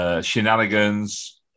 shenanigans